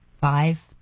five